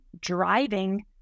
driving